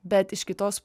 bet iš kitos